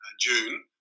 June